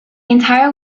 entire